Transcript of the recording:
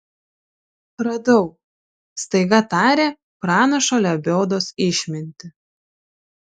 radau staiga tarė pranašo lebiodos išmintį